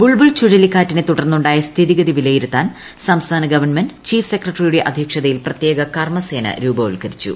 ബുൾബുൾ ചുഴലിക്കാറ്റിനെ തുടർന്നുണ്ടായ സ്ഥിതിഗതി വിലയിരുത്താൻ സംസ്ഥാന ഗവൺമെന്റ് ചീഫ് സെക്രട്ടറിയുടെ അധ്യക്ഷതയിൽ പ്രത്യേക കർമസേന രൂപവൽക്കരിച്ചു